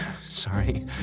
sorry